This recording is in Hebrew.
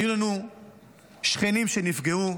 היו לנו שכנים שנפגעו.